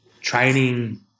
training